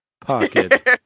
pocket